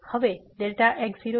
હવે x0 છે